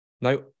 no